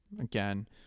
again